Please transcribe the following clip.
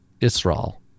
Israel